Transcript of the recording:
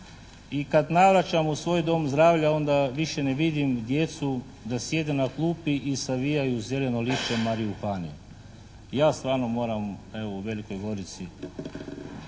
I kad navraćam u svoj Dom zdravlja onda više ne vidim djecu da sjede na klupi i savijaju zeleno lišće marihuane. Ja stvarno moram evo u Velikoj gorici